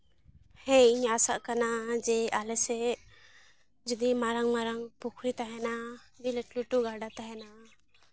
ᱦᱮᱸ ᱤᱧ ᱟᱥᱟᱜ ᱠᱟᱱᱟ ᱡᱮ ᱟᱞᱮ ᱥᱮᱫ ᱡᱚᱫᱤ ᱢᱟᱨᱟᱝ ᱢᱟᱨᱟᱝ ᱯᱩᱠᱷᱨᱤ ᱛᱟᱦᱮᱱᱟ ᱟᱹᱰᱤ ᱞᱟᱹᱴᱩ ᱞᱟᱹᱴᱩ ᱜᱟᱰᱟ ᱛᱟᱦᱮᱱᱟ